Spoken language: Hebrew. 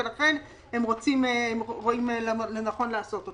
ולכן הם רואים לנכון לעשות אותו.